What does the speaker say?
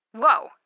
Whoa